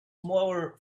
more